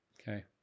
okay